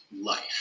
life